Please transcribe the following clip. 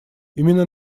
именно